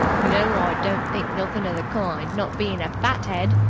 no, i don't think nothin' of the kind, not bein' a fat-head.